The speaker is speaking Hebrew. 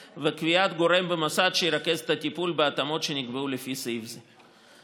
(3) קביעת גורם במוסד שירכז את הטיפול בהתאמות שנקבעו לפי סעיף זה".